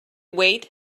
wait